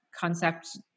concept